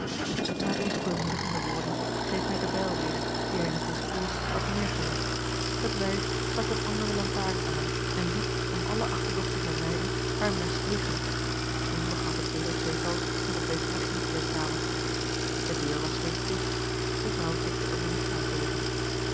na deze bemoedigende woorden greep hij de bijl weder die hij in het discours had neêrgelegd het wijf stak eene andere lantaarn aan en liet om alle achterdocht te vermijden haar mes liggen toen begaf het edel tweetal zich op weg naar de insteekkamer de deur was steeds digt de vrouw tikte er behoedzaam tegen